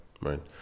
right